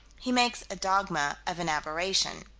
he makes a dogma of an aberration.